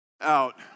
out